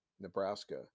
Nebraska